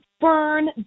burn